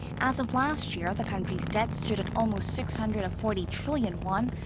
as of last year the country's debt stood at almost six hundred and forty trillion won.